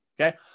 okay